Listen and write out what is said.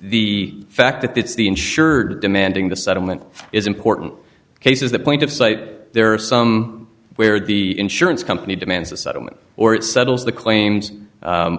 the fact that it's the insurer demanding the settlement is important cases that point of site there are some where the insurance company demands a settlement or it settles the claims